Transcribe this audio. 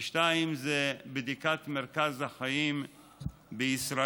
2. בדיקת מרכז החיים בישראל.